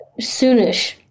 Soonish